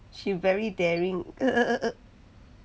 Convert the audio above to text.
she very daring